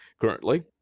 Currently